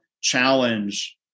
challenge